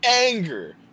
anger